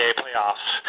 playoffs